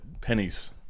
Pennies